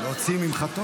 להוציא ממחטות?